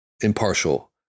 impartial